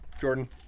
Jordan